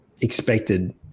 expected